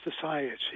society